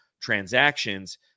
transactions